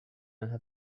have